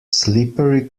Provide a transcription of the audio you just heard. slippery